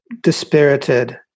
dispirited